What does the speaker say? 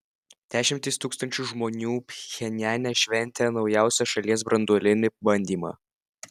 dešimtys tūkstančių žmonių pchenjane šventė naujausią šalies branduolinį bandymą